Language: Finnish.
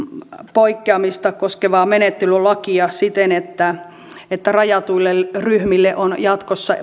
poikkeamista koskevaa menettelylakia siten että että rajatuille ryhmille on jatkossa